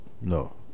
No